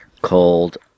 called